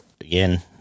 again